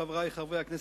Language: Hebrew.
חברי חברי הכנסת,